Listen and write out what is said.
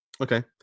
Okay